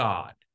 God